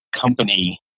company